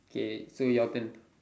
okay so your turn